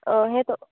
ᱚ ᱦᱮᱸ ᱛᱳ